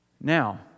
now